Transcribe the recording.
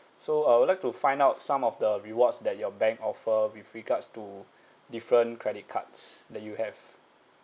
so uh I would like to find out some of the rewards that your bank offer with regards to different credit cards that you have